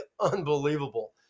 unbelievable